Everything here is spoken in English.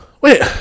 Wait